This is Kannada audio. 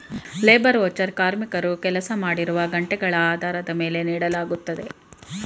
ಲೇಬರ್ ಓವಚರ್ ಕಾರ್ಮಿಕರು ಕೆಲಸ ಮಾಡಿರುವ ಗಂಟೆಗಳ ಆಧಾರದ ಮೇಲೆ ನೀಡಲಾಗುತ್ತದೆ